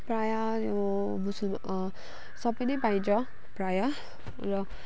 प्रायः मुसल सबै नै पाइन्छ प्रायः र